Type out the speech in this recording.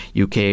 UK